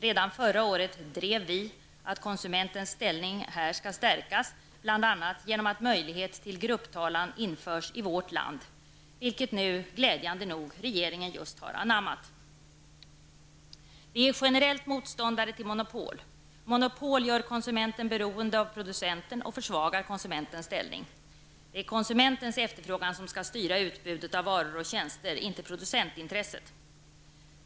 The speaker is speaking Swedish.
Redan förra året drev vi kravet att konsumetens ställning här skall stärkas, bl.a. genom att möjlighet till grupptalan införs i vårt land, ett förslag som regeringen glädjande nog just nu har anammat. Vi är generellt motståndare till monopol. Monopol gör konsumenten beroende av producenten och försvagar konsumentens ställning. Det är konsumentens efterfrågan som skall styra utbudet av varor och tjänster -- inte producentintresset.